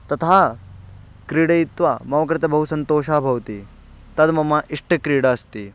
ततः क्रीडयित्वा मम कृते बहु सन्तोषः भवति तद् मम इष्टक्रीडा अस्ति